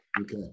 Okay